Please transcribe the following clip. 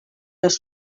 les